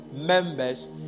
members